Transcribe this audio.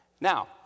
Now